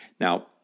Now